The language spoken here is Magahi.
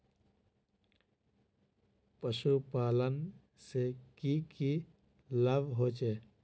पशुपालन से की की लाभ होचे?